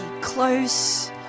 close